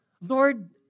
Lord